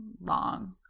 long